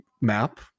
map